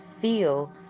feel